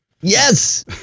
Yes